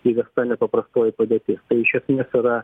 įvesta nepaprastoji padėtis tai iš esmės yra